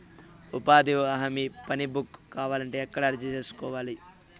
ఉపాధి హామీ పని బుక్ కావాలంటే ఎక్కడ అర్జీ సేసుకోవాలి?